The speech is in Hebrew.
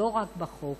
לא רק בחוק,